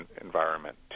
environment